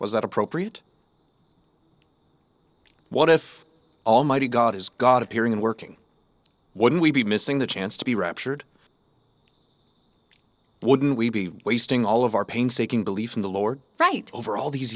was that appropriate what if almighty god is god appearing in working wouldn't we be missing the chance to be raptured wouldn't we be wasting all of our painstaking belief in the lower right over all these